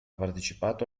partecipato